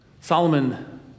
Solomon